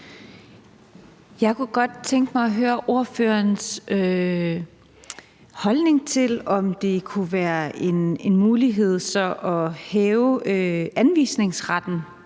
Jeg kunne godt tænke mig at høre ordførerens holdning til, om det så kunne være en mulighed at hæve anvisningsretten